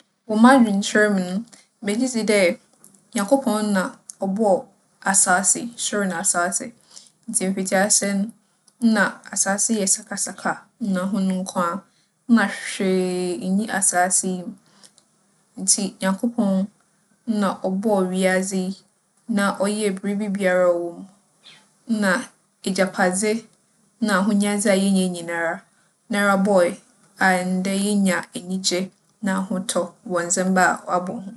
Wͻ m'adwenkyerɛ mu no, megye dzi dɛ Nyankopͻn na ͻbͻͻ asaase yi, sor na asaase. Ntsi mfitsiase no, nna asaase yɛ sakasaka na hun nkoaa. Nna hwee nnyi asaase yi mu ntsi Nyankopͻn nna ͻbͻͻ wiadze yi na ͻyɛɛ biribi biara a ͻwͻ mu. Na egyapadze na ahonyadze a yenya nyinara, Noara bͻe a ndɛ yenya enyigye na ahotͻ wͻ ndzɛmba ͻabͻ ho.